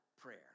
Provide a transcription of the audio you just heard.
prayer